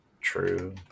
True